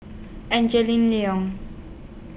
Liong